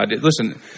Listen